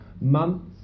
months